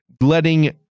letting